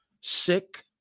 sick